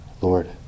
Lord